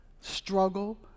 struggle